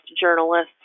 journalists